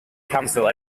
council